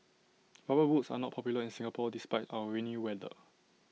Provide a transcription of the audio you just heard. rubber boots are not popular in Singapore despite our rainy weather